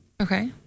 Okay